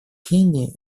кении